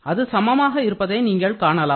அது சமமாக இருப்பதை நீங்கள் காணலாம்